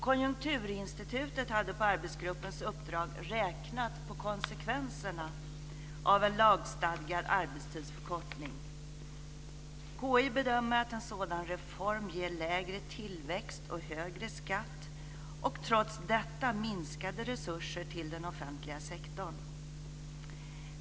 Konjunkturinstitutet hade på arbetsgruppens uppdrag räknat på konsekvenserna av en lagstadgad arbetstidsförkortning, och KI bedömer att en sådan reform ger lägre tillväxt och högre skatt och trots detta minskade resurser till den offentliga sektorn.